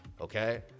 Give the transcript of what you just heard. okay